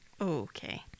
Okay